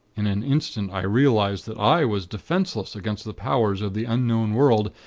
in an instant, i realized that i was defenseless against the powers of the unknown world,